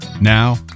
Now